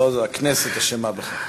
לא, זה הכנסת אשמה בכך.